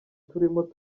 turimo